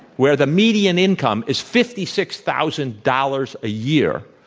where the median income is fifty six thousand dollars a year,